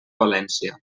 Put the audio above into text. valència